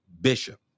bishop